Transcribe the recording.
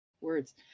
words